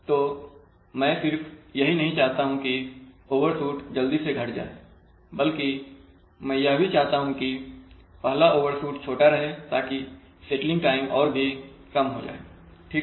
तो मैं सिर्फ यही नहीं चाहता हूं कि ओवरशूट जल्दी से घट जाए बल्कि मैं यह भी चाहता हूं कि पहला ओवरशूट छोटा रहे ताकि सेटलिंग टाइम और भी कम हो जाए ठीक है